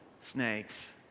snakes